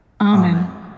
Amen